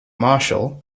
marshal